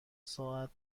ساعت